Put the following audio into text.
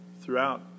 throughout